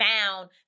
found